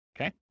okay